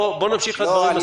בוא נמשיך לדברים הספציפיים.